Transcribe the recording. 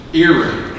earring